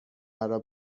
برا